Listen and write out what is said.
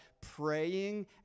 praying